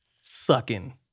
sucking